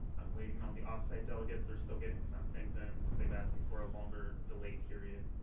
i'm waiting on the off-site delegates. they're still getting some things in. they've asked me for a longer delay period.